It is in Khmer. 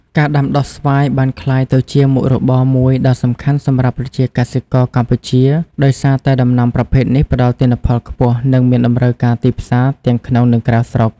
ការដាំដុះស្វាយបានក្លាយទៅជាមុខរបរមួយដ៏សំខាន់សម្រាប់ប្រជាកសិករកម្ពុជា ដោយសារតែដំណាំប្រភេទនេះផ្ដល់ទិន្នផលខ្ពស់ និងមានតម្រូវការទីផ្សារទាំងក្នុងនិងក្រៅស្រុក។